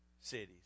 Cities